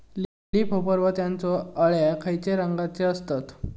Leaf hopper व त्यानचो अळ्या खैचे रंगाचे असतत?